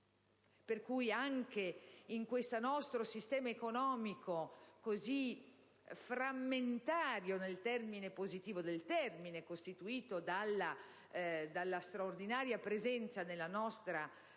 detto, anche in questo nostro sistema economico così frammentario (nel termine positivo del termine), costituito dalla straordinaria presenza di una piccola